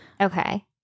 okay